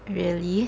really